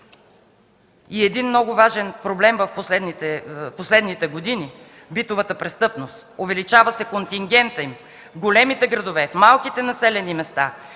И един много важен проблем в последните години е битовата престъпност – увеличава се контингентът им в големите градове, в малките населени места,